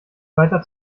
weiter